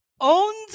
owns